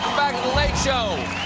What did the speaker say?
the late show.